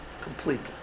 Completely